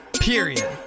Period